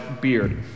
beard